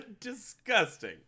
Disgusting